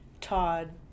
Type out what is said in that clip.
Todd